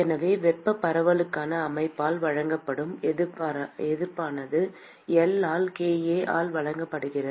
எனவே வெப்பப் பரவலுக்கான அமைப்பால் வழங்கப்படும் எதிர்ப்பானது L ஆல் kA ஆல் வழங்கப்படுகிறது